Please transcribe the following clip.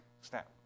snap